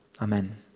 Amen